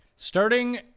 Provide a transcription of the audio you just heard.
Starting